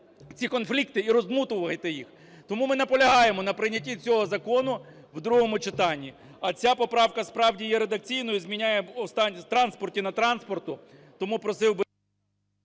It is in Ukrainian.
ці конфлікти і роздмухувати їх. Тому ми наполягаємо на прийнятті цього закону другому читанні. А ця поправка, справді, є редакційною, змінює "транспорті" на "транспорту", тому просив би…